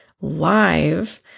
live